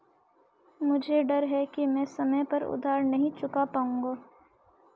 मुझे डर है कि मैं समय पर उधार नहीं चुका पाऊंगा